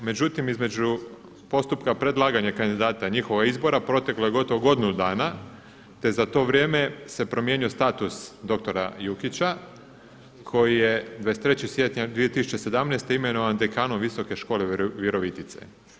Međutim, između postupka predlaganja kandidata, njihova izbora proteklo je gotovo godinu dana, te za to vrijeme se promijenio status doktora Jukića koji je 23. siječnja 2017. imenovan dekanom Visoke škole Virovitice.